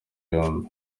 yombi